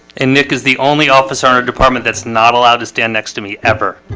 and nick is the only office earner department that's not allowed to stand next to me ever